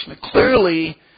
Clearly